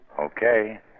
Okay